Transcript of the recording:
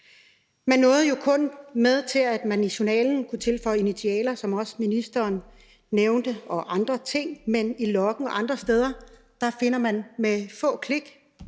Man nåede jo kun frem til, at man i journalen kunne tilføje initialer, som også ministeren nævnte, og andre ting, men i loggen og andre steder finder man med få klik